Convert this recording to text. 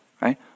right